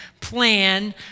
plan